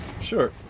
Sure